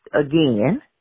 again